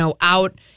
out